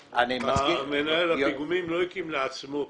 בונה הפיגומים לא הקים לעצמו פיגום.